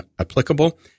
applicable